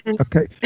Okay